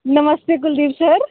नमस्ते Kuldeep sir